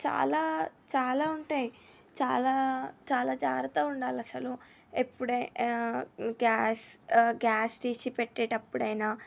చాలా చాలా ఉంటాయి చాలా చాలా జాగ్రత్తగా ఉండాలి అసలు ఎప్పుడై గ్యాస్ గ్యాస్ తీసి పెట్టేటప్పుడు అయినా